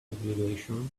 obligation